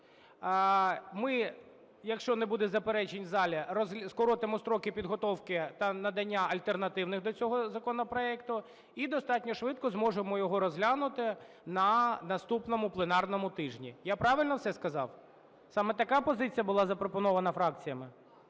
Ми, якщо не буде заперечень в залі, скоротимо строки підготовки та надання альтернативних до цього законопроекту і достатньо швидко зможемо його розглянути на наступному пленарному тижні. Я правильно все сказав? Саме така позиція була запропонована фракціями?